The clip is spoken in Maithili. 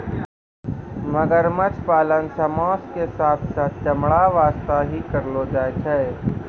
मगरमच्छ पालन सॅ मांस के साथॅ साथॅ चमड़ा वास्तॅ ही करलो जाय छै